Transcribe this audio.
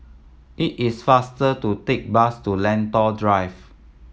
it is faster to take bus to Lentor Drive